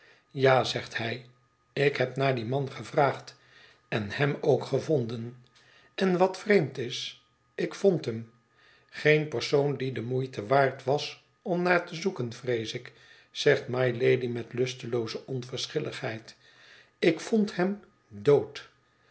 ja zegt hij ik heb naar dien man gevraagd en hem ook gevonden en wat vreemd is ik vond hem geen persoon die de moeite waard was om naar te zoeken vrees ik zegt mylady met lustelooze onverschilligheid ik vond hem dood